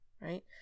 right